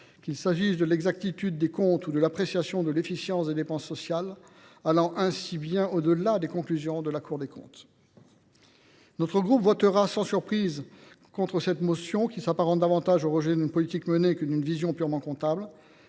qu’il s’agisse de l’exactitude des comptes ou de l’appréciation de l’efficience des dépenses sociales, allant ainsi bien au delà des conclusions de la Cour des comptes. Notre groupe votera, sans surprise, contre cette motion qui s’apparente davantage au rejet d’une politique menée qu’elle ne traduit une vision purement comptable.